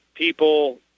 People